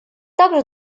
также